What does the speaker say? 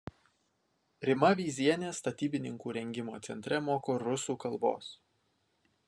rima vyzienė statybininkų rengimo centre moko rusų kalbos